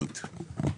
הבנתי.